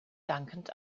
dankend